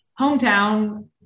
hometown